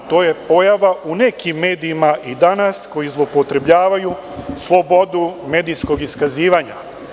To je pojava u nekim medijima i danas koji zloupotrebljavaju slobodu medijskog iskazivanja.